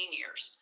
years